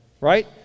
right